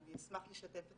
אני אשמח לשתף אתכם.